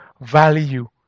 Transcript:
value